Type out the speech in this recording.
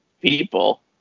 people